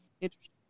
Interesting